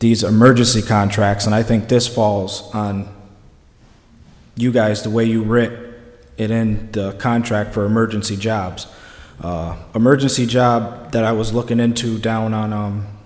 these emergency contracts and i think this falls on you guys the way you rick it in the contract for emergency jobs emergency job that i was looking into down on